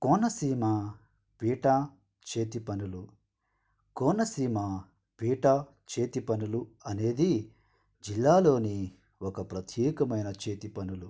కోనసీమ పీటా చేతిపనులు కోనసీమ పీటా చేతిపనులు అనేది జిల్లాలోని ఒక ప్రత్యేకమైన చేతి పనులు